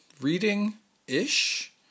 reading-ish